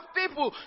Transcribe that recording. people